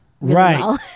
Right